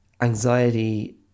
Anxiety